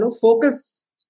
focus